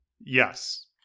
Yes